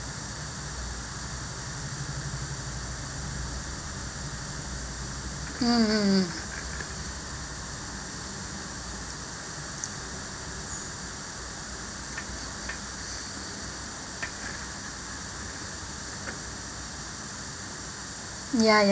mm mm ya